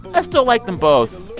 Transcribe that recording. i still like them both.